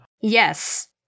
Yes